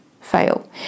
fail